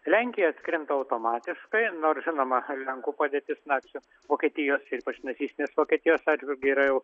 lenkija atkrinta automatiškai nors žinoma lenkų padėtis nacių vokietijos ir ypač nacistinės vokietijos atžvilgiu yra jau